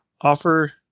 offer